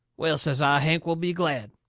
well, says i, hank will be glad.